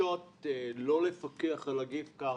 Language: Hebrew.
שהדרישות לא לפקח על הגיפט קארד,